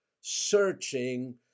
searching